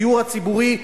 הדיור הציבורי,